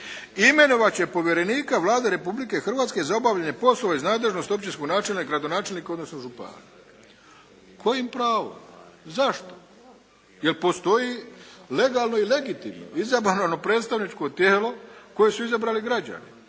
imenovat će povjerenika Vlade Republike Hrvatske za obavljanje poslove iz nadležnosti općinskog načelnika, gradonačelnika, odnosno župana. Kojim pravom? Zašto? Jel postoji legalno i legitimno izabrano predstavničko tijelo koje su izabrali građani?